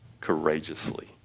courageously